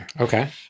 okay